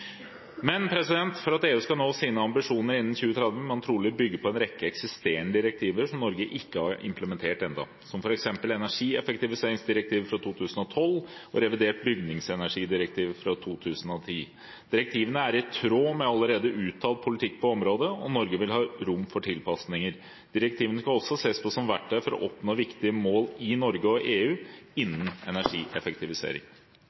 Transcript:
Men for at EU skal nå sine ambisjoner innen 2030, må man trolig bygge på en rekke eksisterende direktiver som Norge ikke har implementert ennå, som f.eks. energieffektiviseringsdirektivet fra 2012 og revidert bygningsenergidirektiv fra 2010. Direktivene er i tråd med allerede uttalt politikk på området, og Norge vil ha rom for tilpasninger. Direktivene skal også ses på som verktøy for å oppnå viktige mål i Norge og EU innen energieffektivisering.